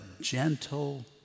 gentle